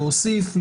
להוסיף,